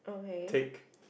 take